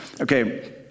Okay